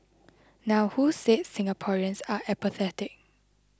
now who said Singaporeans are apathetic